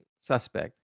suspect